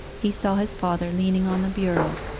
he saw his father leaning on the bureau,